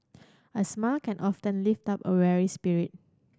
a smile can often lift up a weary spirit